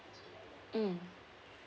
mm